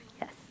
Yes